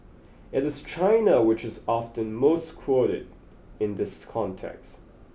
it is China which is often most quoted in this context